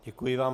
Děkuji vám.